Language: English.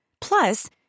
Plus